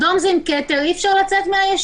אדום זה עם כתר אי אפשר לצאת מהישוב.